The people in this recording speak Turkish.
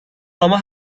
ama